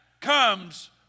comes